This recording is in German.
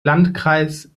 landkreis